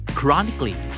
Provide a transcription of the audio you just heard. chronically